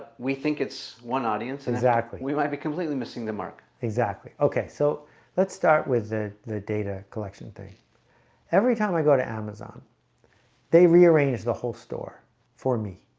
we think it's one audience exactly. we might be completely missing the mark exactly. okay, so let's start with the the data collection thing every time i go to amazon they rearrange the whole store for me